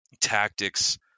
tactics